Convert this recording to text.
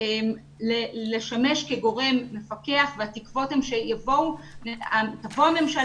לשמש כגורם מפקח והתקוות הן שתבוא הממשלה,